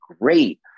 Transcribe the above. great